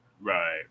Right